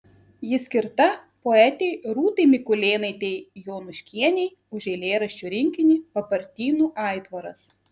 ji skirta poetei rūtai mikulėnaitei jonuškienei už eilėraščių rinkinį papartynų aitvaras